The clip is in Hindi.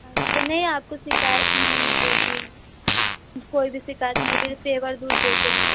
अच्छा नहीं आपको शिकायत नहीं मिलेगी कोई भी शिकायत नहीं पेवर दूध देते हैं